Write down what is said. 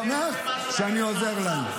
-- ואני שמח שאני עוזר להם.